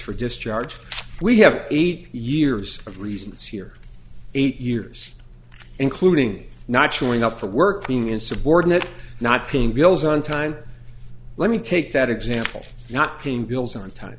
for discharge we have eight years of reasons here eight years including not showing up for work being insubordinate not paying bills on time let me take that example not paying bills on time